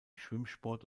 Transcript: schwimmsport